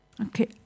Okay